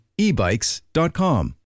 ebikes.com